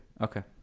Okay